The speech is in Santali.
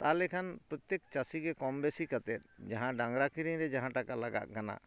ᱛᱟᱦᱞᱮ ᱠᱷᱟᱱ ᱯᱨᱚᱛᱛᱮᱠ ᱪᱟᱹᱥᱤ ᱜᱮ ᱠᱚᱢ ᱵᱮᱥᱤ ᱠᱟᱛᱮᱫ ᱡᱟᱦᱟᱸ ᱰᱟᱝᱨᱟ ᱠᱤᱨᱤᱧ ᱨᱮ ᱡᱟᱦᱟᱸ ᱴᱟᱠᱟ ᱞᱟᱜᱟᱜ ᱠᱟᱱᱟ